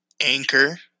Anchor